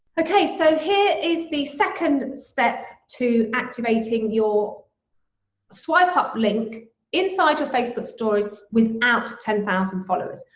okay, so here is the second step to activating your swipe up link inside your facebook stories without ten thousand followers.